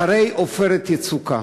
אחרי "עופרת יצוקה"